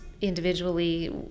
individually